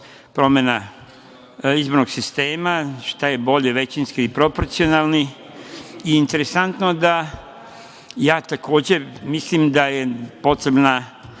promena izbornog sistema, šta je bolje većinski ili proporcionalni. Ja takođe mislim da je potrebna